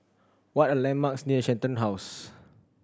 what are landmarks near Shenton House